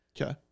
Okay